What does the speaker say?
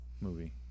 movie